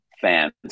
fans